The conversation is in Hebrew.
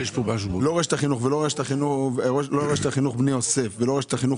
לא רשת החינוך התורני ולא רשת החינוך